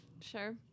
Sure